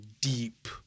deep